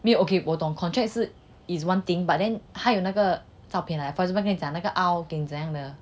没有 okay 我懂 contract 是 is one thing but then 还有那个照片给你看那个 aisle 给你怎样的